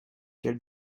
quel